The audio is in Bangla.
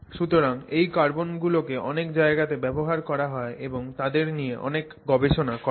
সুতরাং এই কার্বন গুলোকে অনেক জায়গা তে ব্যবহার করা হয় এবং তাদের নিয়ে অনেক গবেষণা করা হয়